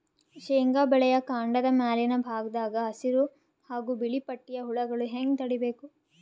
ಶೇಂಗಾ ಬೆಳೆಯ ಕಾಂಡದ ಮ್ಯಾಲಿನ ಭಾಗದಾಗ ಹಸಿರು ಹಾಗೂ ಬಿಳಿಪಟ್ಟಿಯ ಹುಳುಗಳು ಹ್ಯಾಂಗ್ ತಡೀಬೇಕು?